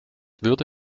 würde